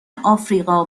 آفریقا